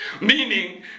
meaning